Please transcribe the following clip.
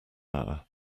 hour